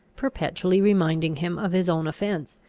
perpetually reminding him of his own offence,